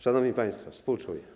Szanowni państwo, współczuję.